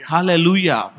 Hallelujah